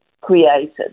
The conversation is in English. created